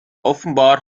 offenbar